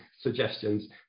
suggestions